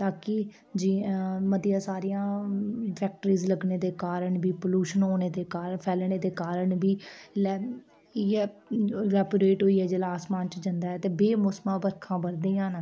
ते बाकी जियां मतियां सारियां फैक्टरीज लग्गने दे कारण बी प्लूशन होने दे कारण फैलने दे कारण बी लै इ'यै इवापोरेट होइयै जेल्लै आसमान च जंदा ते बे मौसमां बरखा बरदियां न